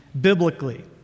biblically